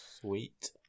Sweet